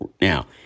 Now